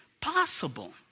possible